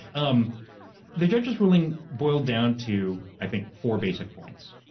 um the judge's ruling boiled down to, i think, four basic points.